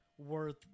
Worth